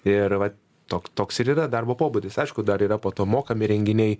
ir vat tok toks ir yra darbo pobūdis aišku dar yra po to mokami renginiai